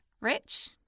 Rich